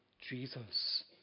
Jesus